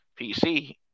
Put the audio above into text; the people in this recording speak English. PC